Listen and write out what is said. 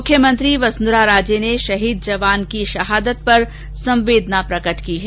मुख्यमंत्री वसुंधरा राजे ने शहीद जवान की शहादत पर संवेदना प्रकट की है